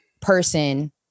person